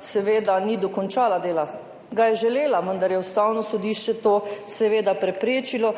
seveda ni dokončala dela – ga je želela, vendar je Ustavno sodišče to seveda preprečilo